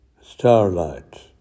starlight